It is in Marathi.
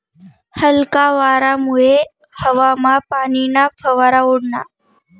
हलका वारामुये हवामा पाणीना फवारा उडना